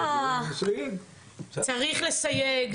הפרטה --- צריך לסייג,